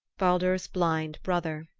baldur's blind brother.